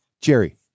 Jerry